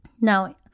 Now